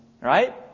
Right